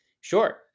Sure